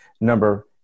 number